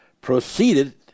proceeded